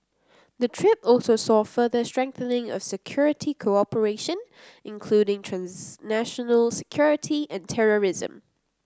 the trip also saw further strengthening of security cooperation including transnational security and terrorism